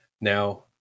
Now